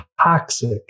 toxic